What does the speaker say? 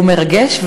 הוא מרגש,